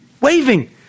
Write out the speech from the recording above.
Waving